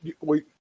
Wait